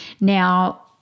Now